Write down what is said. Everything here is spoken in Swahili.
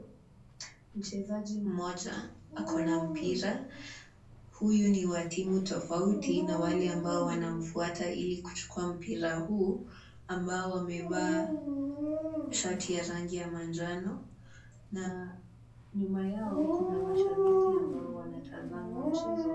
Mchezaji mmoja ako na mpira huyu ni wa timu tofauti na wale ambao wanamfuata ili kuchukua mpira huu ambao wamevaa shati ya rangi ya manjano na nyuma yao kuna mashabiki ambao wanatazama mchezo.